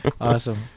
Awesome